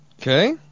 Okay